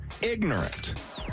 Ignorant